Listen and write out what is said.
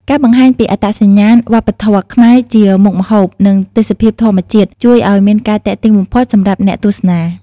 ការបង្ហាញពីអត្តសញ្ញាណវប្បធម៌ខ្មែរជាមុខម្ហូប និងទេសភាពធម្មជាតិជួយឲ្យមានភាពទាក់ទាញបំផុតសម្រាប់អ្នកទស្សនា។